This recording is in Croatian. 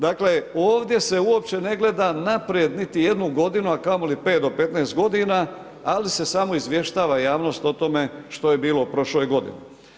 Dakle ovdje se uopće ne gleda naprijed niti jednu godinu, a kamoli 5 do 15 godina, ali se samo izvještava javnost o tome što je bilo u prošloj godini.